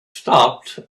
stopped